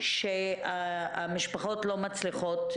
כבר יש לנו שם שאליו ירוכזו כל הפניות.